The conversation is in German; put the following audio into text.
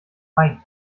feind